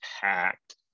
packed